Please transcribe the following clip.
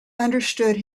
understood